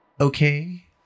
okay